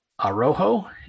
Arojo